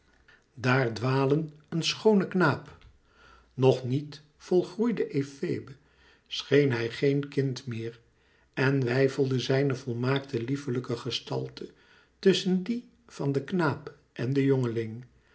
daar dwalen een schoone knaap nog niet volgroeide efebe scheen hij geen kind meer en weifelde zijne volmaakt lieflijke gestalte tusschen die van den knaap en den